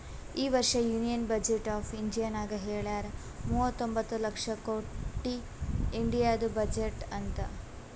ಈ ವರ್ಷ union budget of ಇಂಡಿಯಾನಾಗ್ ಹೆಳ್ಯಾರ್ ಮೂವತೊಂಬತ್ತ ಲಕ್ಷ ಕೊಟ್ಟಿ ಇಂಡಿಯಾದು ಬಜೆಟ್ ಅಂತ್